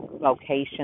location